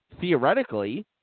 theoretically